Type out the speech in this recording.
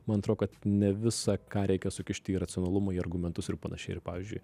man atrodo kad ne visa ką reikia sukišti į racionalumą į argumentus ir panašiai ir pavyzdžiui